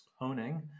owning